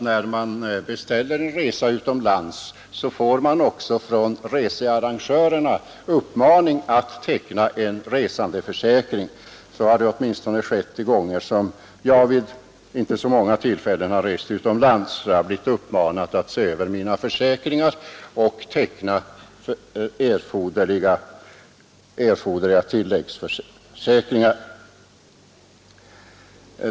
När man beställer en resa till utlandet får man också från researrangören uppmaning att teckna en resandeförsäkring. Åtminstone då jag — vid inte så många tillfällen — rest utomlands har jag blivit uppmanad att se över mina försäkringar och teckna erforderliga tilläggsförsäkringar.